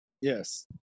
Yes